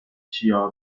tco